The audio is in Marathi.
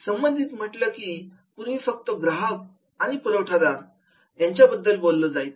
संबंधित म्हणलं की पूर्वी फक्त ग्राहक आणि पुरवठादार याबद्दलच बोललं जायचं